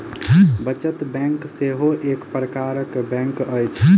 बचत बैंक सेहो एक प्रकारक बैंक अछि